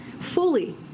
fully